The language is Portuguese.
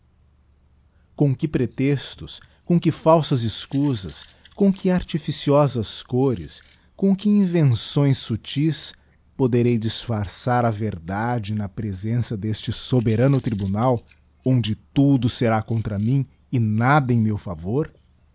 com que pretextos com que falsas escusas cora que artificiosas cores com que invenções subtis poderei disfarçar a verdade na presença deste soberano tribunal onde tudo será contra mim e nada em meu favor